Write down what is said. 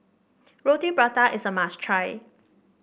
Roti Prata is a must try